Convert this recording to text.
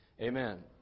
Amen